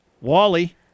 Wally